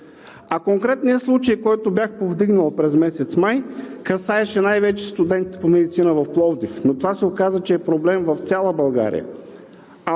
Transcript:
а конкретният случай, който бях повдигнал през месец май, касаеше най-вече студентите по медицина в Пловдив. Но това се оказа, че е проблем в цяла България.